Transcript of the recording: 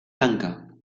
tanca